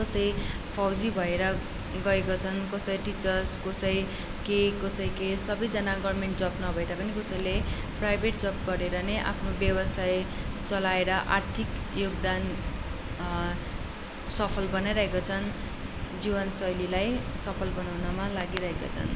कसै फौजी भएर गएको छन् कसै टिचर्स कसै के कसै के सबैजना गर्मेन्ट जब नभए तापनि कसैले प्राइभेट जब गरेर नै आफ्नो ब्यवसाय चलाएर आर्थिक योगदान सफल बनाइरहेको छन् जीवन शैलीलाई सफल बनाउनमा लागिरहेका छन्